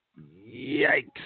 Yikes